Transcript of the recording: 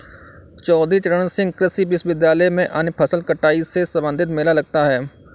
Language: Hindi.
चौधरी चरण सिंह कृषि विश्वविद्यालय में अन्य फसल कटाई से संबंधित मेला लगता है